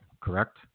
correct